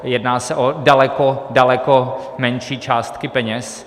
Jedná se o daleko, daleko menší částky peněz.